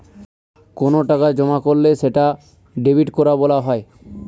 কোনো টাকা জমা করলে সেটা ডেবিট করা বলা হয়